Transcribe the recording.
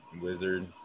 Wizard